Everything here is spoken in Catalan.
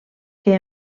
que